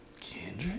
Kendrick